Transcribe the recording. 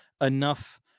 enough